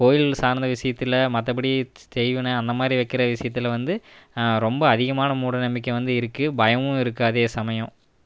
கோவில் சார்த விசயத்தில் மற்றபடி செய்வின அந்த மாரி வைக்கிற விசயத்தில் வந்து ரொம்ப அதிகமான மூடநம்பிக்கை வந்து இருக்கு பயமும் இருக்கு அதே சமயம்